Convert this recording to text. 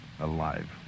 Alive